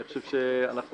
אני חושב שיהיה